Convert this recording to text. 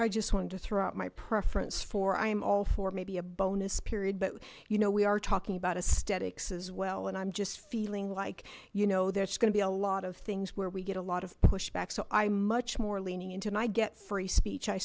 i just want to throw out my preference for i am all for maybe a bonus period but you know we are talking about a static says well and i'm just feeling like you know there's going to be a lot of things where we get a lot of pushback so i'm much more lenient and i get free speech i